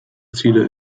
ziele